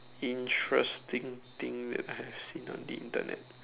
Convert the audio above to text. interesting thing that I have seen on the Internet